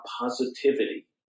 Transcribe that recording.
positivity